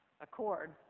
Accord